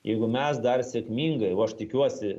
jeigu mes dar sėkmingai o aš tikiuosi